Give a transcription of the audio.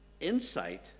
insight